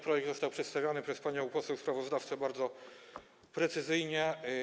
Projekt został przedstawiony przez panią poseł sprawozdawcę bardzo precyzyjnie.